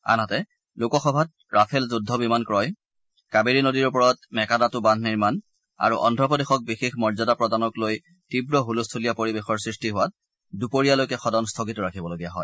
আনহাতে লোকসভাত ৰাফেল যুদ্ধ বিমান ক্ৰয় কাবেৰী নদীৰ ওপৰত মেকাডাট বান্ধ নিৰ্মাণ আৰু অদ্ধপ্ৰদেশক বিশেষ মৰ্যদা প্ৰদানক লৈ তীৱ হুলস্থলীয়া পৰিবেশৰ সৃষ্টি হোৱাত দুপৰীয়ালৈকে সদন স্থগিত ৰাখিবলগীয়া হয়